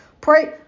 pray